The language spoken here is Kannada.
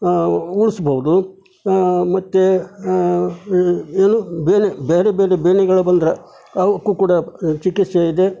ಊಹಿಸ್ಬೋದು ಮತ್ತು ಎಲ್ಲೂ ಬೇನೆ ಬೆರಿ ಬೆರಿ ಬೇನೆಗಳು ಬಂದರೆ ಅವಕ್ಕೂ ಕೂಡ ಚಿಕಿತ್ಸೆ ಇದೆ